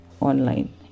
online